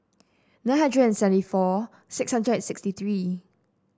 nine hundred and seventy four six hundred and sixty three